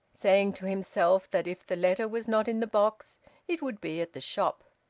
saying to himself that if the letter was not in the box it would be at the shop.